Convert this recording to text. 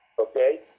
Okay